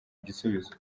igisubizo